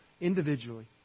individually